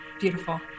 beautiful